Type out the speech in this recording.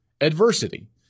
adversity